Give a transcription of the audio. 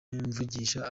mvugisha